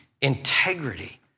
integrity